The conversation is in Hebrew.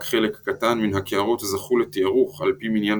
רק חלק קטן מן הקערות זכו לתארוך על פי מניין